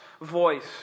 voice